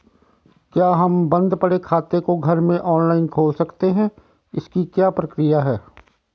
क्या हम बन्द पड़े खाते को घर में ऑनलाइन खोल सकते हैं इसकी क्या प्रक्रिया है?